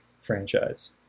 franchise